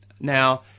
Now